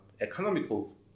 economical